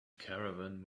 caravan